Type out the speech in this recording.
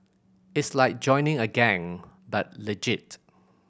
it's like joining a gang but legit